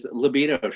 libido